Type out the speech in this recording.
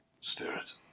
spirit